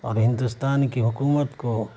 اور ہندوستان کی حکومت کو